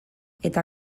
eta